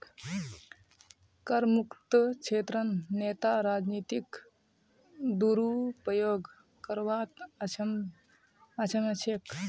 करमुक्त क्षेत्रत नेता राजनीतिक दुरुपयोग करवात अक्षम ह छेक